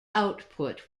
output